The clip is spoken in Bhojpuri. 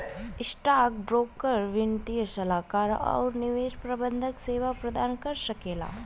स्टॉकब्रोकर वित्तीय सलाहकार आउर निवेश प्रबंधन सेवा प्रदान कर सकला